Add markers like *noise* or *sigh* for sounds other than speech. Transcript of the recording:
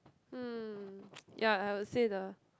um *noise* ya I would say the